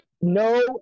No